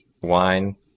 Wine